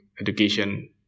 education